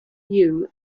new